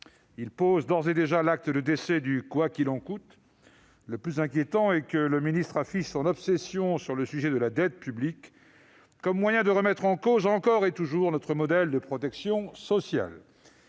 Il pose d'ores et déjà l'acte de décès du « quoi qu'il en coûte ». Le plus inquiétant est que le ministre affiche son obsession sur le sujet de la dette publique comme moyen de remettre en cause encore et toujours notre modèle de protection sociale.